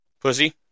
Pussy